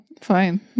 fine